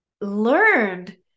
learned